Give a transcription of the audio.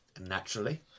Naturally